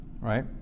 Right